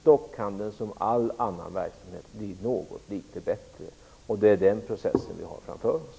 Dock kan den, som all annan verksamhet, bli något litet bättre. Det är den processen vi har framför oss.